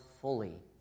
fully